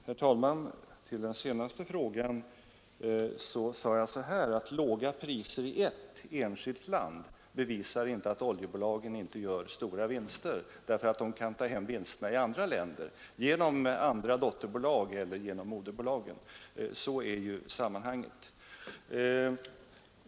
Herr talman! På den senaste frågan kan jag svara, att jag sade att låga priser i ett enskilt land inte bevisar att oljebolagen inte gör stora vinster, eftersom de kan ta hem vinsterna i andra länder genom andra dotterbolag eller genom moderbolagen. Sådant är ju sammanhanget.